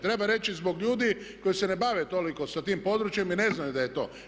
Treba reći zbog ljudi koji se ne bave toliko sa tim područjem i ne znaju da je to.